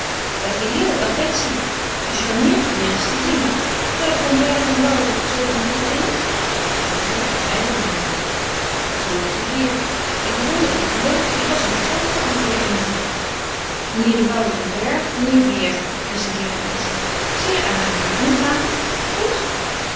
dag eline dag betsy gecharmeerd je weêr eens te zien freule van berg en woude zoo ik me goed herinner hij drukte haar beiden de hand zoo ongeveer ik bewonder uw geheugen ik was u vergeten antwoordde emilie meneer de woude van bergh meneer vere prezenteerde betsy zeer aangenaam en hoe gaat het goed